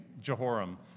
Jehoram